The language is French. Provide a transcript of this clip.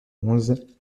onze